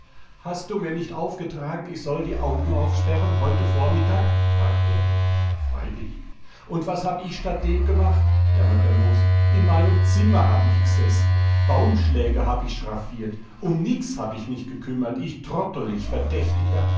hast du mir nicht aufgetragen ich soll die augen aufsperren heute vormittag fragt er freilich und was hab ich statt dem gemacht jammert er los in meinem zimmer hab ich gesessen baumschläge hab ich schraffiert um nix hab ich mich gekümmert ich trottel ich